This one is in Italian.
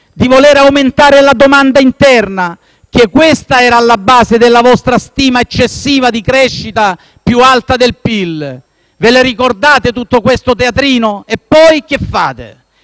di voler aumentare la domanda interna, che era alla base della vostra stima eccessiva di crescita più alta del PIL. Vi ricordate tutto questo teatrino? E poi che fate?